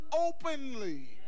openly